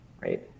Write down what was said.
right